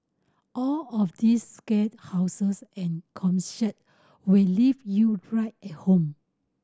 all of these scare houses and concept will leave you right at home